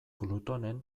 plutonen